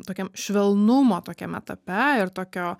tokiam švelnumo tokiam etape ir tokio